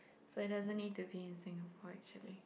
so it doesn't need to be in Singapore actually